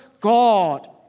God